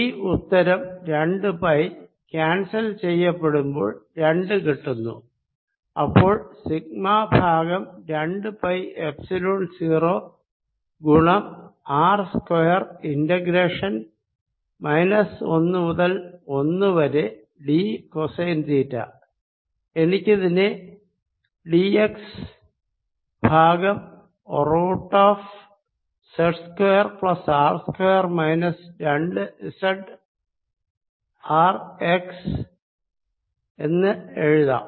ഈ ഉത്തരം രണ്ടു പൈ ക്യാൻസൽ ചെയ്യപ്പെടുമ്പോൾ രണ്ടു കിട്ടുന്നു അപ്പോൾ സിഗ്മ ബൈ രണ്ട് പൈ എപ്സിലോൺ 0 ഗുണം R സ്ക്വയർ ഇന്റഗ്രേഷൻ മൈനസ് ഒന്ന് മുതൽ ഒന്ന് വരെ d കോസൈൻ തീറ്റ എനിക്കിതിനെ d x by root of z square plus R square minus രണ്ട് z R x എന്ന് എഴുതാം